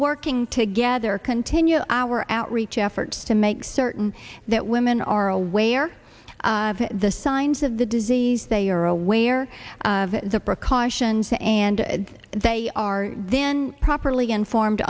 working together continue our outreach efforts to make certain that women are aware of the signs of the disease they are aware of the precautions and they are then properly informed